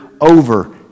over